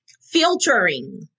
filtering